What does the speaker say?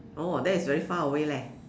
oh that is very far away leh